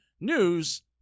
news